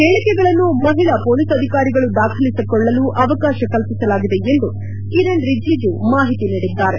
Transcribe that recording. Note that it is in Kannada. ಹೇಳಿಕೆಗಳನ್ನು ಮಹಿಳಾ ಪೊಲೀಸ್ ಅಧಿಕಾರಿಗಳು ದಾಖಲಿಸಿಕೊಳ್ಳಲು ಅವಕಾಶ ಕಲ್ಷಿಸಲಾಗಿದೆ ಎಂದು ಕಿರಣ್ ರಿಜಿಜು ಮಾಹಿತಿ ನೀಡಿದ್ದಾರೆ